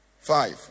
five